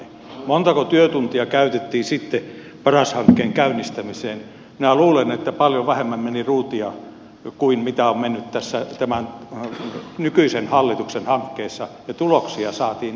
montako työtuntia käytettiin sitten paras hankkeen käynnistämiseen minä luulen että paljon vähemmän meni ruutia kuin on mennyt tässä tämän nykyisen hallituksen hankkeessa ja tuloksia saatiin aikaan